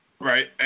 Right